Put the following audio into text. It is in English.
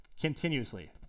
continuously